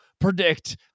predict